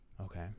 Okay